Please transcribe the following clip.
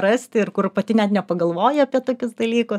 rasti ir kur pati net nepagalvoji apie tokius dalykus